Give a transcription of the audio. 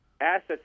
assets